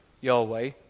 Yahweh